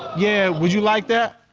yeah, would you like that?